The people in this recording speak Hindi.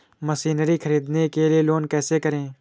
मशीनरी ख़रीदने के लिए लोन कैसे करें?